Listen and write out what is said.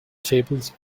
tables